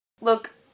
Look